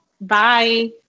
Bye